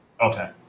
Okay